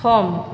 सम